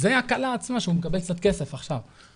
זו ההקלה עצמה, שהוא מקבל קצת כסף עכשיו.